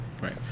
right